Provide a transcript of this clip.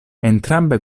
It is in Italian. entrambe